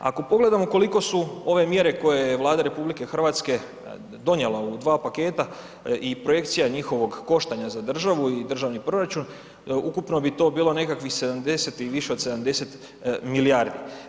Ako pogledamo koliko su ove mjere koje je Vlada RH donijela u dva paketa i projekcija njihovog koštanja za državu i državni proračun, ukupno bi to bilo nekakvih 70 i više od 70 milijardi.